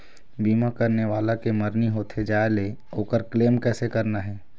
बीमा करने वाला के मरनी होथे जाय ले, ओकर क्लेम कैसे करना हे?